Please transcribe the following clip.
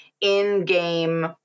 in-game